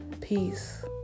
peace